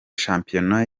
shampiyona